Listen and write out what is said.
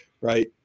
right